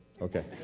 Okay